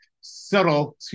subtle